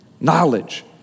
Knowledge